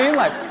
yeah like,